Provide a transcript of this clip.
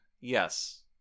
Yes